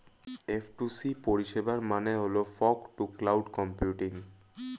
F two C পরিষেবার মানে হল ফগ টু ক্লাউড কম্পিউটিং